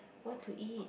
what to eat